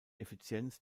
effizienz